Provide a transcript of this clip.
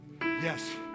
yes